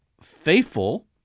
faithful